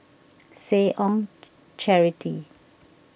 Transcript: Seh Ong Charity